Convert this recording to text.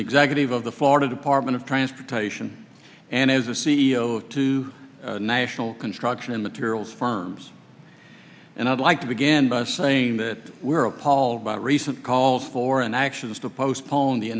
executive of the florida department of transportation and as the c e o of two national construction and materials firms and i'd like to begin by saying that were appalled by the recent calls for an actions to postpone the